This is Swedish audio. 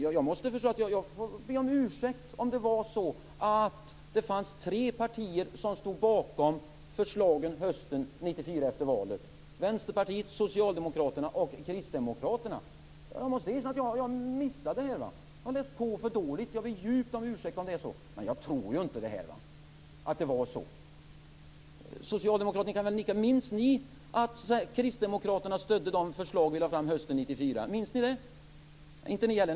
Sedan måste jag be om ursäkt om det var så att det fanns tre partier som stod bakom förslagen efter valet hösten 1994 - Vänsterpartiet, Socialdemokraterna och Kristdemokraterna. Jag måste erkänna att jag hade missat det. Jag har läst på för dåligt. Jag ber djupt om ursäkt om det var så. Men jag tror ju inte att det var så. Ni socialdemokrater kan väl nicka om ni minns att kristdemokraterna stödde de förslag vi lade fram hösten 1994. Minns ni det? Jaså, inte ni heller.